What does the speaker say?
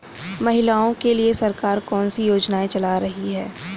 महिलाओं के लिए सरकार कौन सी योजनाएं चला रही है?